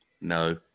No